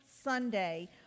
Sunday